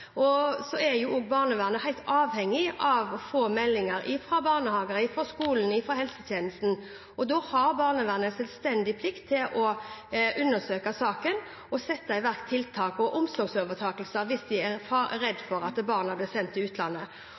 er helt avhengig av å få meldinger fra barnehager, fra skoler, fra helsetjenesten. Da har barnevernet en selvstendig plikt til å undersøke saken og eventuelt sette i verk tiltak – og omsorgsovertakelse hvis de er redd for at barna blir sendt til utlandet.